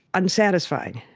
unsatisfying.